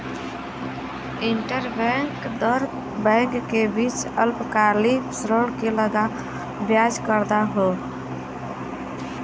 interbank दर bank के बीच अल्पकालिक ऋण पे लगावल ब्याज क दर हौ